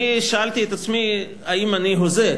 אני שאלתי את עצמי, האם אני הוזה?